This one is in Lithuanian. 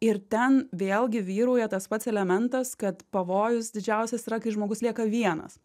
ir ten vėlgi vyrauja tas pats elementas kad pavojus didžiausias yra kai žmogus lieka vienas